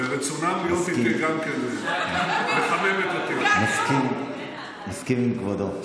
ורצונם להיות איתי גם כן מחמם את הלב מסכים עם כבודו.